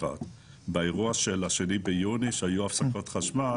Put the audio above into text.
באירוע של ה-02 ביוני, כשהיו הפסקות חשמל